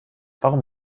warum